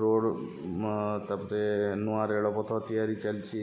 road ତାପରେ ନୂଆ ରେଳପଥ ତିଆରି ଚାଲିଛି